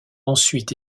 ensuite